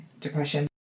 depression